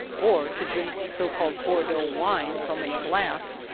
or to drink so-called bordeaux wine from a glass,